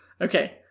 Okay